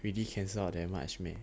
P_D cancel them their much me